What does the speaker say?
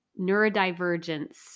neurodivergence